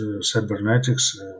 cybernetics